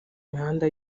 imihanda